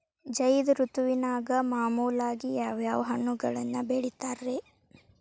ಝೈದ್ ಋತುವಿನಾಗ ಮಾಮೂಲಾಗಿ ಯಾವ್ಯಾವ ಹಣ್ಣುಗಳನ್ನ ಬೆಳಿತಾರ ರೇ?